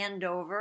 handover